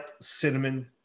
cinnamon